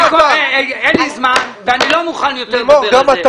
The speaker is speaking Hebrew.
אין לי זמן ואני לא מוכן להמשיך.